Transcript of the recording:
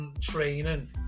training